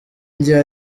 njye